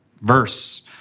verse